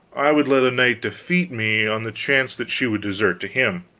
i would let a knight defeat me, on the chance that she would desert to him.